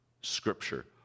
Scripture